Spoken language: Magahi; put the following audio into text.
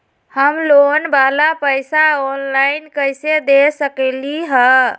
हम लोन वाला पैसा ऑनलाइन कईसे दे सकेलि ह?